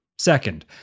Second